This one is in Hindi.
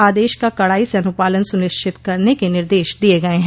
आदेश का कड़ाई से अनुपालन सुनिश्चत करने के निर्देश दिये गये हैं